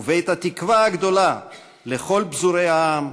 ובית התקווה הגדולה לכל פזורי העם,